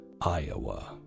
Iowa